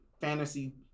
fantasy